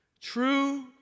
True